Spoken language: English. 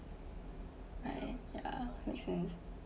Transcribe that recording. right ya make sense